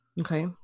Okay